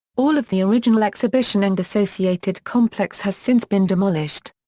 all of the original exhibition and associated complex has since been demolished.